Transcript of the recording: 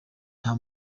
nta